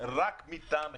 רק מטעם אחד,